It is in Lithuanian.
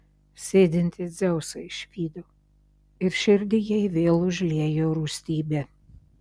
sėdintį dzeusą išvydo ir širdį jai vėl užliejo rūstybė